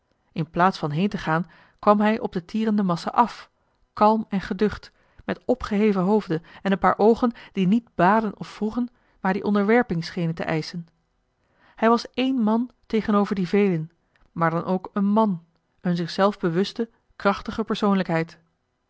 in plaats van heen te gaan kwam hij op de tierende massa af kalm en geducht met opgeheven hoofde en een paar oogen die niet baden of vroegen maar die onderwerping schenen te eischen hij was één man tegenover die velen maar dan ook een man een zichzelf bewuste krachtige persoonlijkheid